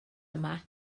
yma